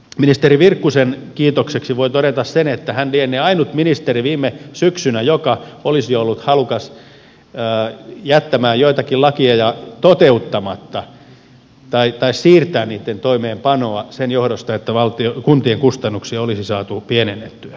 ministeri virkkuselle kiitokseksi voi todeta sen että hän lienee ollut viime syksynä ainut ministeri joka olisi ollut halukas jättämään joitakin lakeja toteuttamatta tai siirtämään niitten toimeenpanoa sen johdosta että kuntien kustannuksia olisi saatu pienennettyä